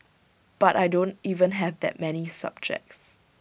but I don't even have that many subjects